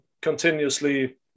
continuously